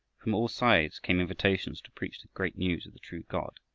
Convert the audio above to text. from all sides came invitations to preach the great news of the true god,